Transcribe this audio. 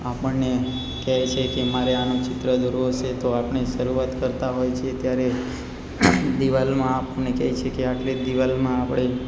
આપણને કહેશે કે મારે આનું ચિત્ર દોરવો છે તો આપણે શરૂઆત કરતા હોય છે ત્યારે દીવાલમાં આપણને કહે છે કે આટલી દીવાલમાં આપણે